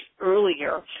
earlier